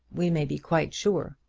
we may be quite sure.